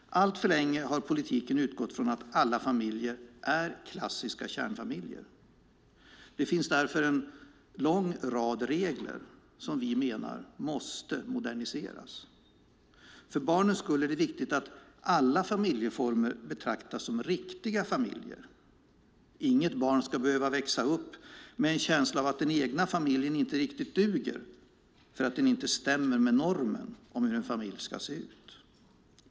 Alltför länge har politiken utgått från att alla familjer är klassiska kärnfamiljer. Det finns därför en lång rad regler som vi menar måste moderniseras. För barnens skull är det viktigt att alla familjeformer betraktas som riktiga familjer. Inget barn ska behöva växa upp med en känsla av att den egna familjen inte riktigt duger därför att den inte stämmer med normen om hur en familj ska se ut.